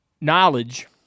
knowledge